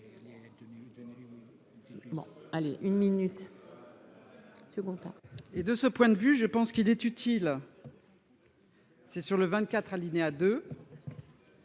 Bon allez une minute. Second point et de ce point de vue, je pense qu'il est utile. C'est sur le 24 alinéa 2.